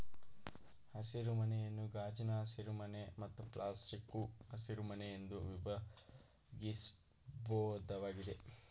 ಹಸಿರುಮನೆಯನ್ನು ಗಾಜಿನ ಹಸಿರುಮನೆ ಮತ್ತು ಪ್ಲಾಸ್ಟಿಕ್ಕು ಹಸಿರುಮನೆ ಎಂದು ವಿಭಾಗಿಸ್ಬೋದಾಗಿದೆ